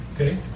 okay